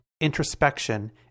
introspection